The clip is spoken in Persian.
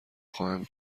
خواهم